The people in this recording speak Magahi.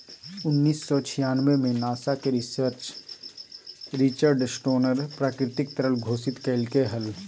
उन्नीस सौ छियानबे में नासा के रिचर्ड स्टोनर प्राकृतिक तरल घोषित कइलके हल